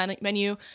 menu